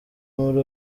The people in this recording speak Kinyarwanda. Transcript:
muri